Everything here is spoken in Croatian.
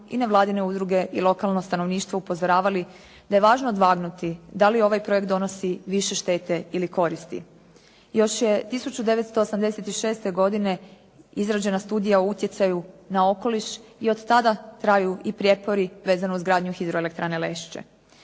i nevladine udruge i lokalno stanovništvo upozoravali da je važno odvagnuti da li ovaj projekt donosi više štete ili koristi. Još je 1986. godine izrađena studija o utjecaju na okoliš i od tada traju i prijepori vezano uz gradnju hidroelektrane Lešće.